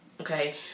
Okay